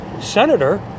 senator